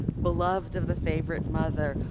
beloved of the favorite mother,